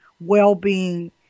well-being